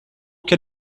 can